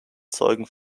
zeugen